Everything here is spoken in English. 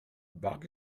bug